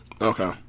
Okay